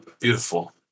beautiful